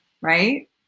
right